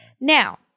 now